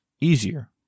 easier